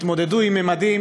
התמודדו עם ממדים,